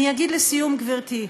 גברתי,